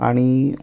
आनी